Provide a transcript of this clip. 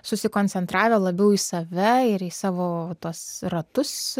susikoncentravę labiau į save ir į savo tuos ratus